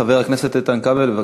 חבר הכנסת איתן כבל, בבקשה.